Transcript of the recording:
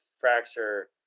fracture